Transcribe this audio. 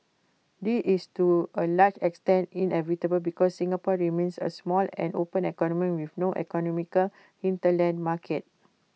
this is to A large extent inevitable because Singapore remains A small and open economy with no economic hinterland market